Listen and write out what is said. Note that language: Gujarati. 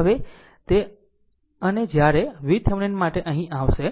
હવે તે અને જ્યારે VThevenin માટે અહીં આવશે